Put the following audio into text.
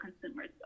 consumers